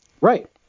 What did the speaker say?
Right